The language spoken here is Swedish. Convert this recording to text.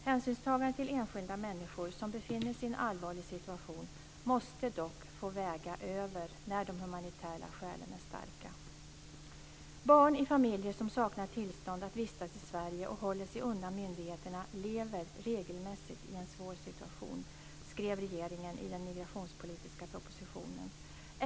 Hänsynstagandet till enskilda människor som befinner sig i en allvarlig situation måste dock få väga över när de humanitära skälen är starka. Sverige och håller sig undan myndigheterna lever regelmässigt i en svår situation, skrev regeringen i den migrationspolitiska propositionen.